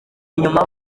inyuma